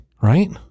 right